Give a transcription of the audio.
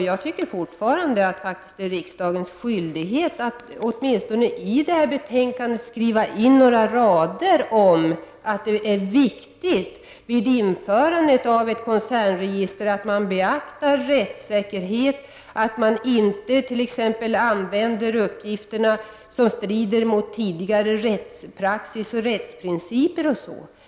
Jag anser fortfarande att det hade varit utskottets skyldighet att i betänkandet skriva in några rader om att det vid införandet av ett koncernregister är viktigt att beakta rättssäkerheten och att man inte skall använda uppgifterna på ett sätt som strider mot tidigare rättspraxis och rättsprinciper.